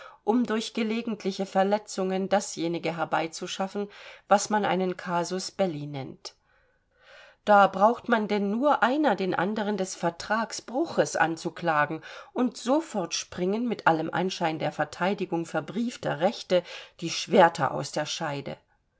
um durch gelegentliche verletzungen dasjenige herbeizuschaffen was man einen casus belli nennt da braucht denn nur einer den anderen des vertragsbruches anzuklagen und sofort springen mit allem anschein der verteidigung verbriefter rechte die schwerter aus der scheide